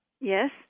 Yes